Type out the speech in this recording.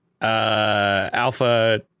Alpha